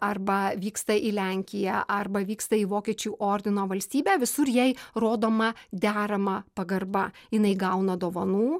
arba vyksta į lenkiją arba vyksta į vokiečių ordino valstybę visur jai rodoma derama pagarba jinai gauna dovanų